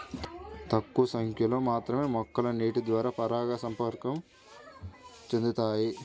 తక్కువ సంఖ్యలో మాత్రమే మొక్కలు నీటిద్వారా పరాగసంపర్కం చెందుతాయి